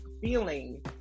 feeling